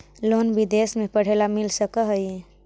Loan विदेश में पढ़ेला मिल सक हइ?